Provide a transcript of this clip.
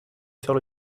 faire